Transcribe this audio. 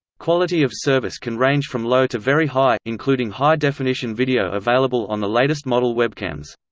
quality of service can range from low to very high, including high definition video available on the latest model webcams.